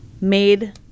made